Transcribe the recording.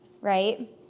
right